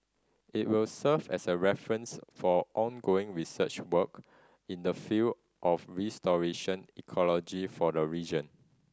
it will serve as a reference for ongoing research work in the field of restoration ecology for the region